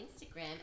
instagram